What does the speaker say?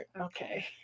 okay